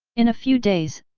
in a few days,